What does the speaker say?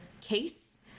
case